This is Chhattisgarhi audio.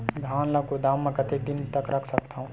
धान ल गोदाम म कतेक दिन रख सकथव?